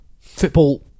football